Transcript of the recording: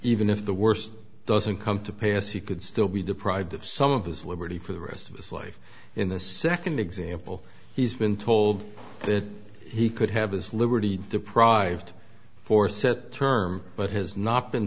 even if the worst doesn't come to pass he could still be deprived of some of his liberty for the rest of his life in the second example he's been told that he could have his liberty deprived for set term but has not been